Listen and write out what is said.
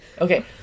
Okay